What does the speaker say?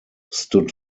stood